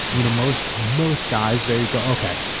you know most most guys, they go okay,